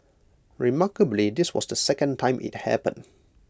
remarkably this was the second time IT happened